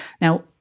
Now